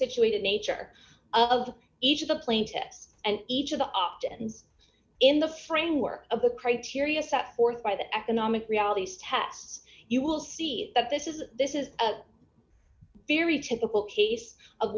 situated nature of each of the plaintiffs and each of the opt ins in the framework of the criteria set forth by the economic realities tests you will see that this is this is very typical case of